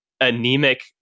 anemic